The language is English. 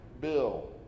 bill